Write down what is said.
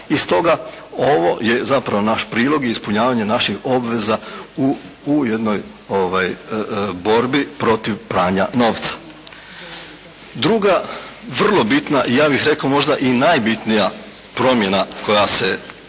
I stoga ovo je zapravo naš prilog i ispunjavanje naših obveza u jednoj borbi protiv pranja novca. Druga vrlo bitna, ja bih rekao možda i najbitnija promjena koja se